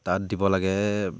তাত দিব লাগে